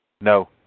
No